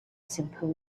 simple